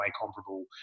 comparable